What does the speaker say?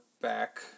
back